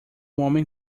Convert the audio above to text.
homem